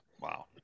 Wow